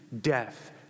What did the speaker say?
death